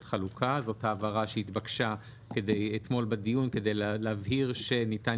חלוקה" --- זאת ההבהרה שהתבקשה אתמול בדיון כדי להבהיר שניתן